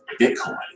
Bitcoin